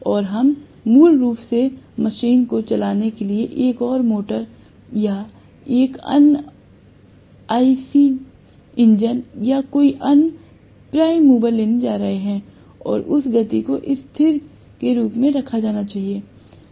और हम मूल रूप से मशीन को चलाने के लिए एक और मोटर या एक अन्य आईसी इंजन या कोई अन्य प्राइम मूवर लेने जा रहे हैं और उस गति को स्थिर के रूप में रखा जाना चाहिए